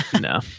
No